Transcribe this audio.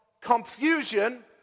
confusion